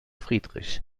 friedrich